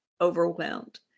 overwhelmed